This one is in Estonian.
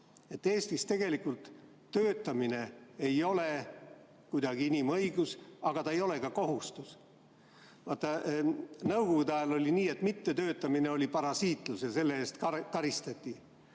Eestis tegelikult töötamine ei ole kuidagi inimõigus, aga see ei ole ka kohustus. Nõukogude ajal oli nii, et mittetöötamine oli parasiitlus ja selle eest karistati.